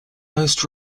most